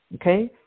okay